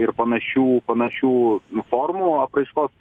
ir panašių panašių formų apraiškos